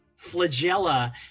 flagella